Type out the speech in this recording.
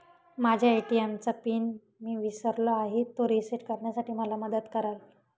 माझ्या ए.टी.एम चा पिन मी विसरलो आहे, तो रिसेट करण्यासाठी मला मदत कराल?